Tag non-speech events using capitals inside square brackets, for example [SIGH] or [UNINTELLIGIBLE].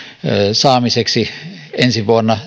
saamiseksi ensi vuonna [UNINTELLIGIBLE]